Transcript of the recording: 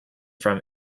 from